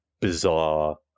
bizarre